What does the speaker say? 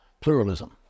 pluralism